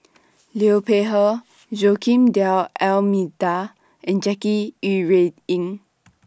Liu Peihe Joaquim D'almeida and Jackie Yi Ru Ying